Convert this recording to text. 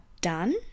done